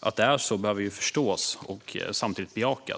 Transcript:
Att det är så behöver man förstå och samtidigt bejaka.